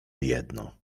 jedno